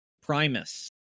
primus